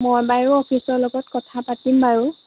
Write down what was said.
মই বাৰু অফিচৰ লগত কথা পাতিম বাৰু